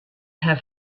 have